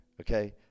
okay